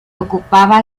ocupaba